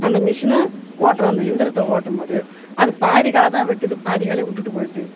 அந்த மிஷினு ஓட்டுறோம் அந்த எந்திரத்தை ஓட்டும்போது அது பாதி களைதான் வெட்டுது பாதி களையை விட்டுட்டு போய்விடுது